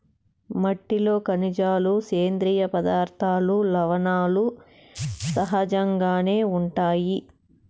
మట్టిలో ఖనిజాలు, సేంద్రీయ పదార్థాలు, లవణాలు సహజంగానే ఉంటాయి